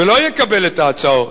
ולא יקבל את ההצעות,